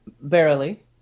Barely